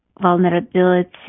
vulnerability